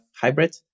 hybrid